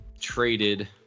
traded